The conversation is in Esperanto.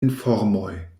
informoj